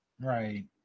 Right